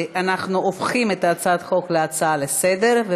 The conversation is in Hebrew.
אנחנו הופכים את הצעת החוק להצעה לסדר-היום